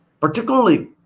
particularly